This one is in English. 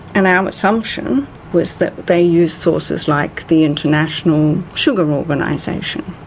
and our assumption was that they used sources like the international sugar organisation,